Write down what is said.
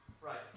Right